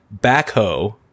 backhoe